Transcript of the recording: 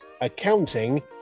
accounting